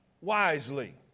wisely